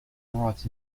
brought